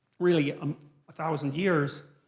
really, um a thousand years,